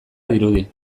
dirudi